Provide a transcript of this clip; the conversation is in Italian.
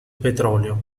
petrolio